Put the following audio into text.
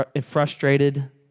frustrated